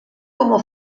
como